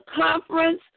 conference